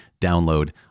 download